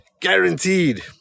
Guaranteed